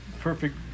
perfect